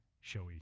showy